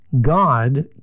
God